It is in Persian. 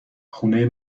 خونه